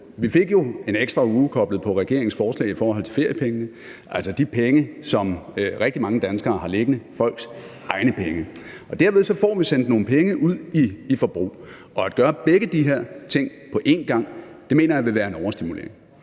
Vi fik jo en ekstra uge koblet på regeringens forslag i forhold til feriepenge, altså de penge, som rigtig mange danskere har liggende – folks egne penge. Derved får vi sendt nogle penge ud til forbrug. At gøre begge de her ting på én gang mener jeg ville være en overstimulering,